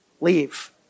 leave